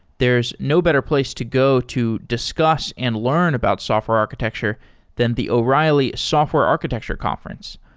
there's no better place to go to discuss and learn about software architecture than the o'reilly software architecture conference,